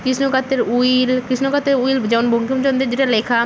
কৃষ্ণকান্তের will কৃষ্ণকান্তের will যেমন বঙ্কিমচন্দ্রের যেটা লেখা